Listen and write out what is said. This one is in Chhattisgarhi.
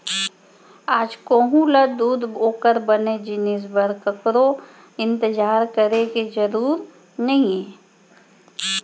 आज कोहूँ ल दूद ओकर बने जिनिस बर ककरो इंतजार करे के जरूर नइये